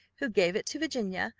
who gave it to virginia,